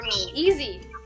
Easy